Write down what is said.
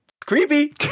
creepy